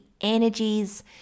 Energies